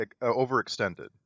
overextended